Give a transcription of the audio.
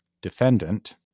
defendant